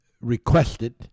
requested